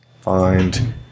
find